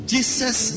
Jesus